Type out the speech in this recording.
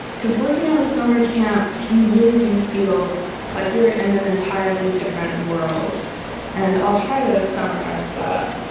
because working at a summer camp you really do feel like you're in an entirely different world and i'll try to summarize that.